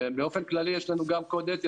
באופן כללי יש לנו גם קוד אתי.